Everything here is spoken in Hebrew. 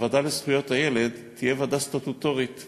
שהוועדה לזכויות הילד תהיה ועדה סטטוטורית,